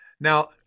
now